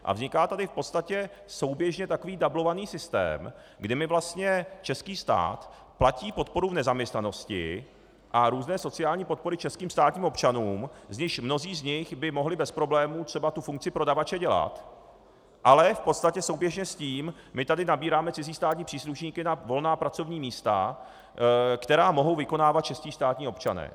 A vzniká tady v podstatě souběžně takový dublovaný systém, kdy mi vlastně český stát platí podporu v nezaměstnanosti a různé sociální podpory českým státním občanům, z nichž mnozí z nich by mohli bez problémů třeba tu funkci prodavače dělat, ale v podstatě souběžně s tím my tady nabíráme cizí státní příslušníky na volná pracovní místa, která mohou vykonávat čeští státní občané.